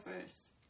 first